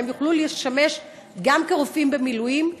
שיוכלו לשמש גם כרופאים במילואים,